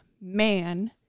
man